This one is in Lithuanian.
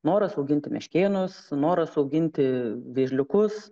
noras auginti meškėnus noras auginti vėžliukus